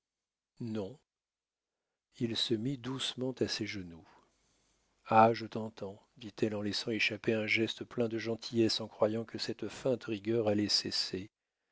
non il se mit doucement à ses genoux ah je t'entends dit-elle en laissant échapper un geste plein de gentillesse en croyant que cette feinte rigueur allait cesser